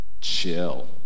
chill